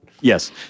Yes